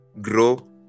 grow